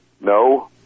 No